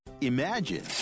imagine